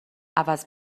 عوض